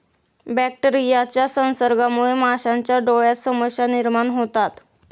बॅक्टेरियाच्या संसर्गामुळे माशांच्या डोळ्यांत समस्या निर्माण होतात